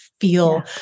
feel